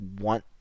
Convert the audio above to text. want